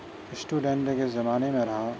student کے زمانے میں رہا